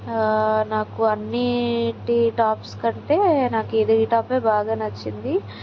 నాకు అన్నింటి టాప్స్ కంటే నాకు ఇది ఈ టాపే బాగా నచ్చింది